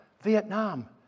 Vietnam